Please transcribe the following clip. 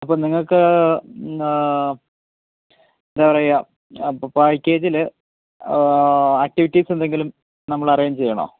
അപ്പോള് നിങ്ങള്ക്ക് എന്താ പറയുക ആ പായ്ക്കേജില് ആക്ടിവിറ്റീസെന്തങ്കിലും നമ്മളറേഞ്ച്യ്യണോ